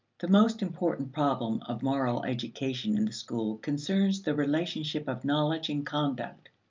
the most important problem of moral education in the school concerns the relationship of knowledge and conduct.